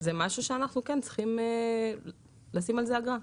זה משהו שאנחנו כן צריכים קבוע לזה אגרה.